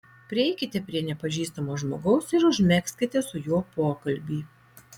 prieikite prie nepažįstamo žmogaus ir užmegzkite su juo pokalbį